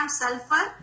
sulfur